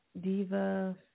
Diva